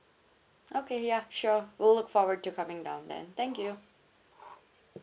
okay ya sure we'll look forward to coming down then thank you